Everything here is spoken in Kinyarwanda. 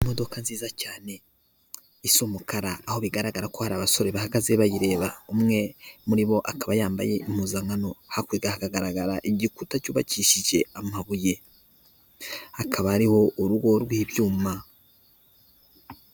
Imodoka nziza cyane isa umukara aho bigaragara ko hari abasore bahagaze bayireba, umwe muri bo akaba yambaye impuzankano ,hakurya hakagaragara igikuta cyubakishije amabuye hakaba hariho urugo rw'ibyuma.